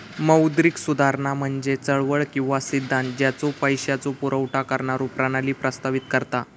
मौद्रिक सुधारणा म्हणजे चळवळ किंवा सिद्धांत ज्यो पैशाचो पुरवठा करणारो प्रणाली प्रस्तावित करता